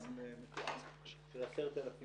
של 10,000 שקל,